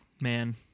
Man